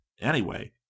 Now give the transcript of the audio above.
Anyway